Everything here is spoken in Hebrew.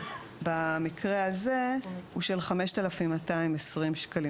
ובמקרה הזה העיצום הכספי הוא של 5,220 שקלים.